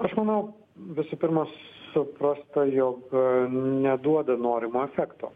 aš manau visų pirma suprasta jog neduoda norimo efekto